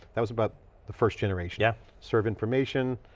that was about the first generation. yeah serve information,